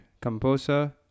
composer